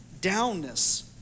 downness